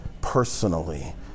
personally